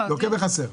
לוקה בחסר.